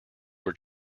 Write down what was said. were